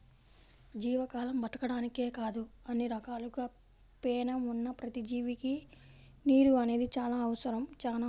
జీవజాలం బతకడానికే కాదు అన్ని రకాలుగా పేణం ఉన్న ప్రతి జీవికి నీరు అనేది చానా అవసరం